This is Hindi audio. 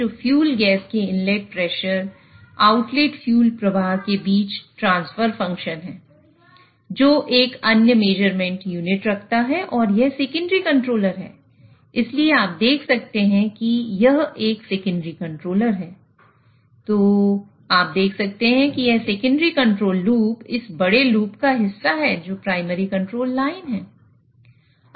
यह d2 डिस्टरबेंस ट्रांसफर फंक्शन इस बड़े लूप का हिस्सा है जो प्राइमरी कंट्रोल लाइन है